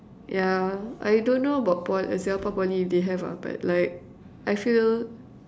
yeah I don't know about Po~ Singapore Poly if they have ah but like I feel